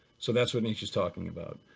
so that's what nietzsche's talking about,